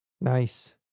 Nice